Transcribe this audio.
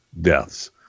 deaths